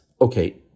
okay